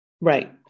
right